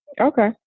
Okay